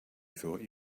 thought